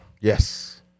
yes